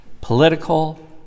political